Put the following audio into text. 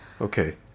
Okay